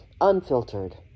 unfiltered